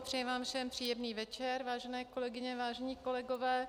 Přeji vám všem příjemný večer, vážené kolegyně, vážení kolegové.